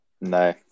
No